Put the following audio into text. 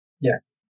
Yes